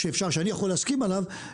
שאני יכול להסכים עליו,